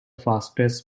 fastest